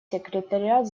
секретариат